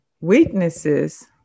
weaknesses